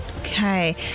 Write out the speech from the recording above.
Okay